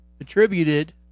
attributed